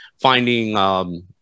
finding –